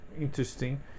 interesting